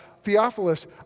Theophilus